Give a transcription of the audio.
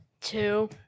Two